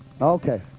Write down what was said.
Okay